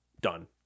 Done